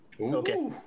Okay